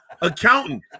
accountant